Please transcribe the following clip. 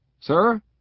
Sir